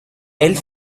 elle